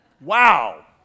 Wow